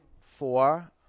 Four